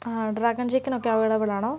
ആഹ് dragon ചിക്കനൊക്കെ അവൈലബിളാണോ